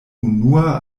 unua